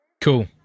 Cool